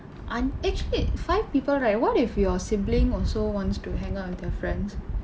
ஐந்து:aindthu actually five people right what if your sibling also wants to hang out with their friends